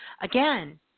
again